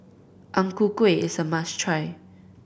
Ang Ku Kueh is a must try